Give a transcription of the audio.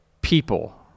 people